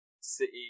City